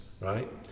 right